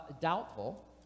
Doubtful